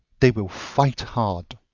they will fight hard.